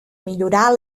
millorar